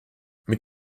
mit